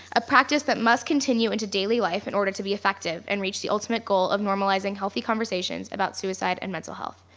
a practice that must continue into daily life in order to be effective and reach the ultimate goal of normalizing healthy conversations about suicide and mental health.